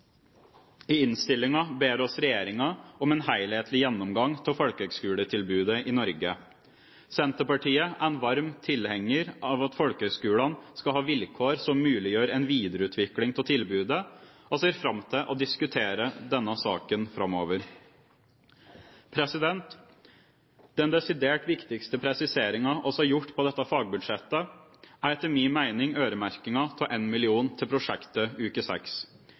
I innstillingen ber vi regjeringen om en helhetlig gjennomgang av folkehøyskoletilbudet i Norge. Senterpartiet er en varm tilhenger av at folkehøyskolene skal ha vilkår som muliggjør en videreutvikling av tilbudet, og ser fram til å diskutere denne saken framover. Den desidert viktigste presiseringen vi har gjort på dette fagbudsjettet, er etter min mening øremerkingen av 1 mill. kr til prosjektet Uke